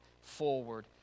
forward